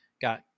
got